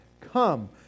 come